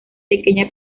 pequeña